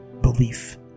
belief